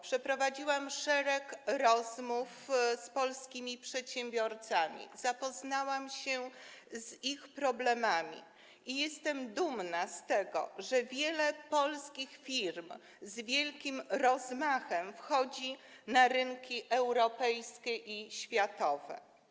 Przeprowadziłam szereg rozmów z polskimi przedsiębiorcami, zapoznałam się z ich problemami i jestem dumna z tego, że wiele polskich firm z wielkim rozmachem wchodzi na rynki europejskie i światowe.